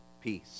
peace